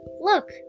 Look